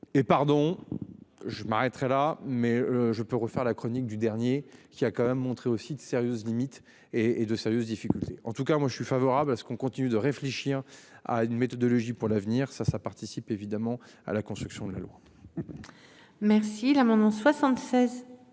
Et pardon je m'arrêterai là, mais je peux refaire la chronique du dernier qui a quand même montré aussi de sérieuses limites et et de sérieuses difficultés en tout cas moi je suis favorable à ce qu'on continue de réfléchir à une méthodologie pour l'avenir, ça, ça participe évidemment à la construction de la loi. Merci la maman 76